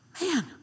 man